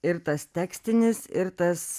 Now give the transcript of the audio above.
ir tas tekstinis ir tas